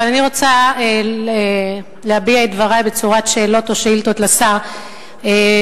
אבל אני רוצה להביע את דברי בצורת שאלות או שאילתות לשר ולשאול,